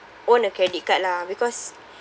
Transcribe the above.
own a credit card lah because